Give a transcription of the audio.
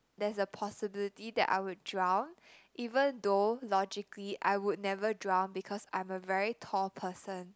there's a possibility that I would drown even though logically I would never drown because I'm a very tall person